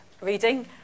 reading